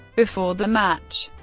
before the match,